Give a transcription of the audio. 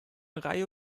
reihe